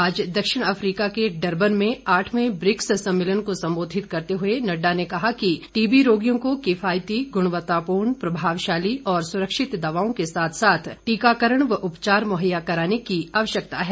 आज दक्षिण अफ्रीका के डरबन में आठवें ब्रिक्स सम्मेलन को संबोधित करते हुए श्री नड्डा ने कहा कि टी बी रोगियों को किफायती गुणवत्तापूर्ण प्रभावशाली और सुरक्षित दवाओं के साथ साथ टीकाकरण व उपचार मुहैया कराने की आवश्यकता है